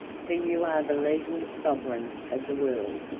for you are the legal sovereigns of the world,